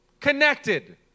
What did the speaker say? connected